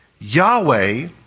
Yahweh